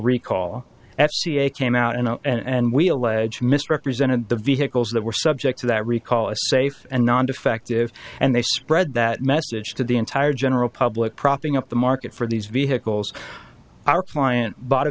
recall at ca came out and we allege misrepresented the vehicles that were subject to that recall a safe and non defective and they spread that message to the entire general public propping up the market for these vehicles our client bought a